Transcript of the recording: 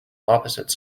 opposite